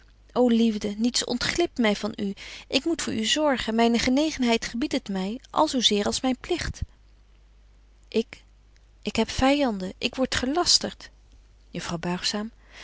ô liefde niets ontglipt my van u ik moet voor u zorgen myne genegenheid gebiedt het my al zo zeer als myn pligt ik ik heb vyanden ik word gelastert juffrouw buigzaam